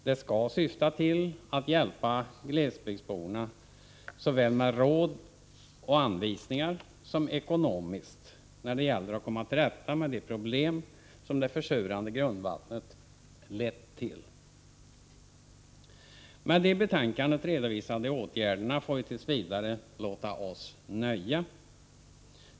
Det skall syfta till att hjälpa glesbygdsborna såväl med råd och anvisningar som ekonomiskt när det gäller att komma till rätta med de problem som det försurade grundvattnet lett till. Med de i betänkandet redovisade åtgärderna får vi tills vidare låta oss nöja.